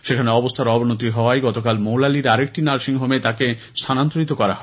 সেখানে অবস্থার অবনতি হওয়ায় গতকাল মৌলালির আর একটি নার্সিংহোমে তাঁকে স্থানান্তরিত করা হয়